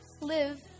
live